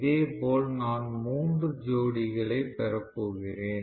இதேபோல் நான் மூன்று ஜோடிகளைப் பெறப்போகிறேன்